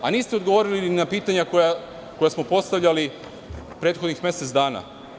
Niste odgovorili ni na pitanja koja smo postavljali prethodnih mesec dana.